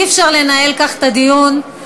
אי-אפשר לנהל כך דיון.